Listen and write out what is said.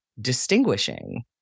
distinguishing